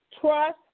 trust